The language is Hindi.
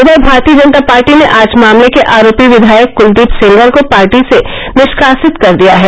उधर भारतीय जनता पार्टी ने आज मामले के आरोपी विधायक कलदीप सेंगर को पार्टी से निष्कासित कर दिया है